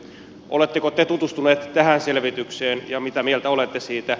oletteko te tutustunut tähän selvitykseen ja mitä mieltä olette siitä